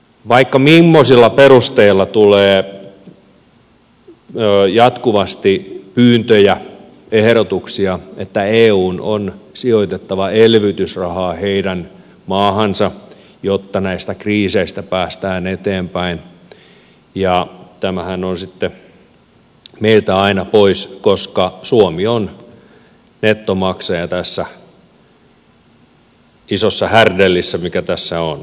vaikka mimmoisilla perusteilla tulee jatkuvasti pyyntöjä ehdotuksia että eun on sijoitettava elvytysrahaa heidän maahansa jotta näistä kriiseistä päästään eteenpäin ja tämähän on sitten meiltä aina pois koska suomi on nettomaksaja tässä isossa härdellissä mikä tässä on vallitsemassa